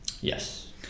Yes